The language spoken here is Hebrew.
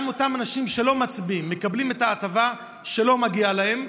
גם אותם אנשים שלא מצביעים מקבלים את ההטבה שלא מגיעה להם,